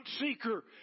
seeker